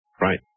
Right